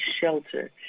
shelter